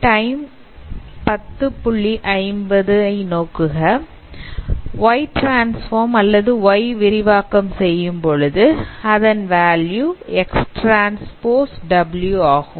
YT அல்லது Y விரிவாக்கம் செய்யும்போது அதன் வேல்யூ XTW ஆகும்